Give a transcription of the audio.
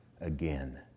again